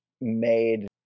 made